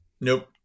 Nope